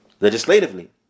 legislatively